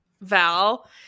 Val